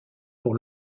pour